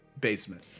basement